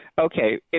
Okay